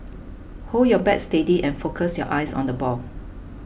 hold your bat steady and focus your eyes on the ball